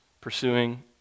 pursuing